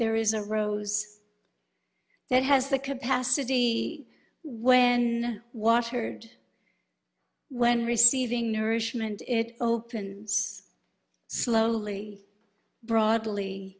there is a rose that has the capacity when what heard when receiving nourishment it opens slowly broadly